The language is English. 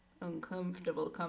uncomfortable